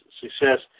success